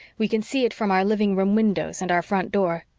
we can see it from our living room windows and our front door.